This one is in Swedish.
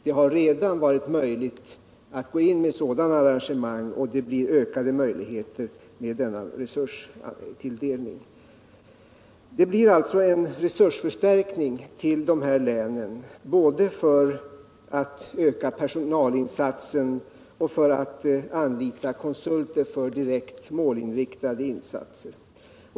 Det har redan varit möjligt att gå in med sådana arrangemang, och det kommer att bli ökade möjligheter till det med denna resurstilldelning. Det blir alltså en resursförstärkning till de här länen, både för att öka personalinsatsen och för att anlita konsulter för direkt målinriktade insatser.